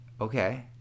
okay